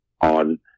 on